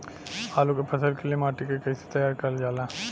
आलू क फसल के लिए माटी के कैसे तैयार करल जाला?